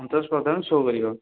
ସନ୍ତୋଷ ପ୍ରଧାନ ସୋ କରିବ